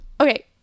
okay